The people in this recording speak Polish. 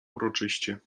uroczyście